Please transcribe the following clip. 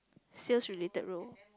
sales related role